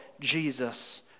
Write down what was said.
Jesus